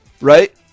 Right